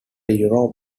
europe